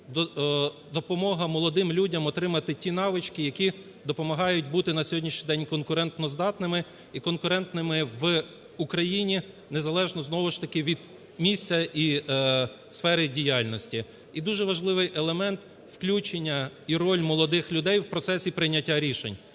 допомога молодим людям отримати ті навички, які допомагають бути на сьогоднішній день конкурентоздатними і конкурентними в Україні незалежно знову ж таки від місця і сфери їх діяльності. І дуже важливий елемент – включення і роль молодих людей у процесі прийняття рішень,